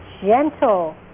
Gentle